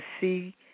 see